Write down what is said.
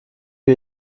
für